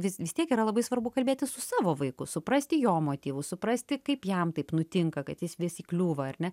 vis vis tiek yra labai svarbu kalbėtis su savo vaiku suprasti jo motyvus suprasti kaip jam taip nutinka kad jis vis įkliūva ar ne